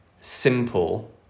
simple